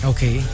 Okay